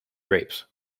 grapes